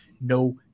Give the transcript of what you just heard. no